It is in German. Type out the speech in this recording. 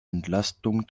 entlastung